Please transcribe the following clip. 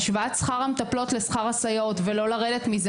השוואת שכר המטפלות לשכר הסייעות ולא לרדת מזה,